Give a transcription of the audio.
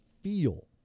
feel